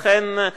לכן,